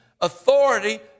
authority